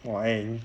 !wah! eh 你